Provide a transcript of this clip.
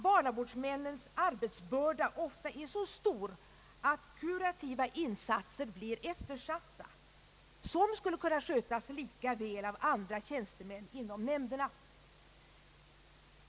Barnavårdsmännens arbetsbörda är ofta så stor att kurativa insatser blir eftersatta, vilka skulle kunna skötas lika väl av andra tjänstemän inom nämnderna.